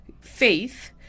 faith